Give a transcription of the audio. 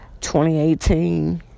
2018